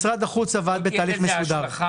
משרד החוץ עבד בתהליך מסודר.